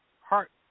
heart